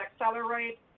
accelerate